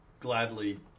gladly